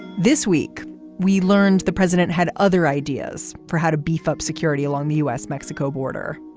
this week we learned the president had other ideas for how to beef up security along the u s. mexico border.